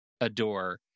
adore